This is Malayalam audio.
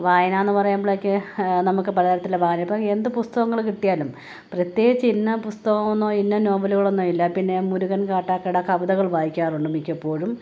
വായനയെന്നു പറയുമ്പളേക്കി നമുക്ക് പലതരത്തിലുള്ള വായനാ ഇപ്പോള് എന്ത് പുസ്തകങ്ങള് കിട്ടിയാലും പ്രത്യേകിച്ച് ഇന്ന പുസ്തകമെന്നോ ഇന്ന നോവലുകളെന്നോ ഇല്ല പിന്നെ മുരുകൻ കാട്ടാക്കട കവിതകൾ വായിക്കാറുണ്ട് മിക്കപ്പോഴും